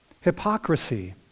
hypocrisy